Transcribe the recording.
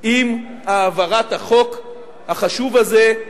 עם העברת החוק החשוב הזה,